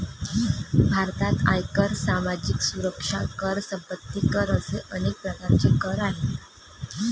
भारतात आयकर, सामाजिक सुरक्षा कर, संपत्ती कर असे अनेक प्रकारचे कर आहेत